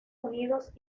unidos